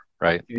right